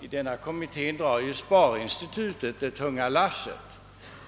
det i den kommittén är sparinstituten som drar det tunga lasset.